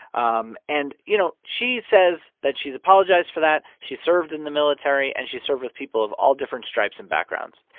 um and, you know, she says that she's apologized for that. she served in the military, and she served with people of all different stripes and backgrounds.